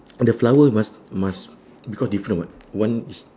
eh the flower must must we got different [what] one is